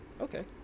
Okay